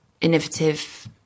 innovative